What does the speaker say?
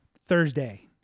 Thursday